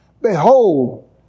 Behold